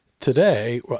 Today